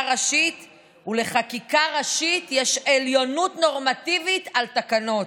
ראשית ושלחקיקה ראשית יש עליונות נורמטיבית על תקנות.